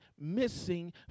missing